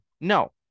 no